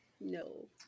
No